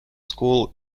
school